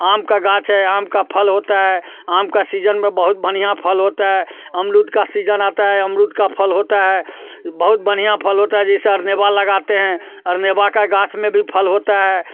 आम का गाछ है आम का फल होता है आम का सीजन में बहुत बढ़िया फल होता है अमरूद का सीजन आता है अमरूद का फल होता है बहुत बढ़िया फल होता है जैसे अरनेबा लगाते हैं अरनेबा का गाछ में भी फल होता है